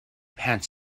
pants